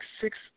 six